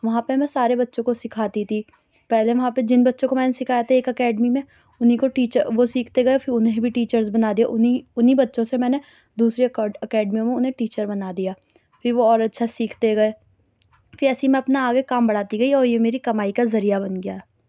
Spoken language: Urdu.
وہاں پہ میں سارے بچوں کو سکھاتی تھی پہلے وہاں پہ جن بچوں کو میں نے سکھایا تھا ایک اکیڈمی میں اُنہی کو ٹیچر وہ سیکھتے گئے پھر انہیں بھی ٹیچرس بنا دیا اُنہی اُنہی بچوں سے میں نے دوسرے اکیڈمیوں میں اُنہیں ٹیچر بنا دیا پھر وہ اور اچھا سیکھتے گئے پھر ایسے میں اپنا آگے کام بڑھاتی گئی اور یہ میری کمائی کا ذریعہ بن گیا